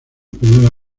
primera